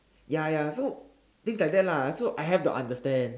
ya ya so things like that lah so I have to understand